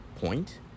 point